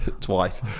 twice